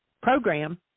program